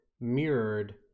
mirrored